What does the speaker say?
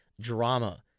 drama